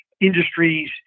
industries